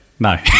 No